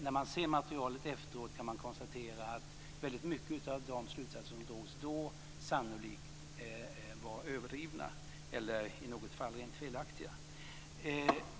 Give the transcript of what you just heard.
När man ser materialet efteråt kan man konstatera att väldigt många av de slutsatser som drogs då sannolikt var överdrivna eller i några fall rent felaktiga.